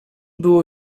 było